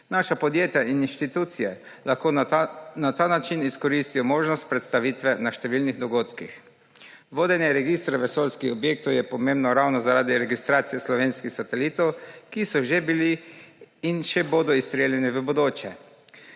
Naša podjejta in institucije lahko na ta način izkoristijo možnost predstavitve na številnih dogodkih. Vodenje registra vesoljskih objektov je pomembno ravno zaradi registracije slovenskih satelitov, ki so že bili in še bodo izstreljeni v bodoče.